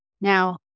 Now